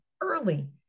early